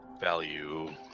Value